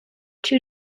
two